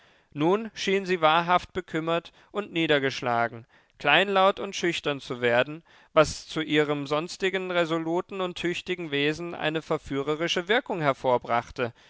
nun schien sie wahrhaft bekümmert und niedergeschlagen kleinlaut und schüchtern zu werden was zu ihrem sonstigen resoluten und tüchtigen wesen eine verführerische wirkung hervorbrachte